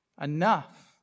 enough